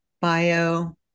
bio